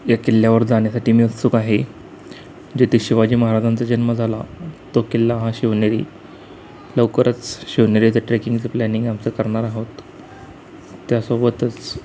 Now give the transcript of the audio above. या किल्ल्यावर जाण्यासाठी मी उत्सुक आहे जेथे शिवाजी महाराजांचा जन्म झाला तो किल्ला हा शिवनेरी लवकरच शिवनेरीचं ट्रेकिंगचं प्लॅनिंग आमचं करणार आहोत त्यासोबतच